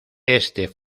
este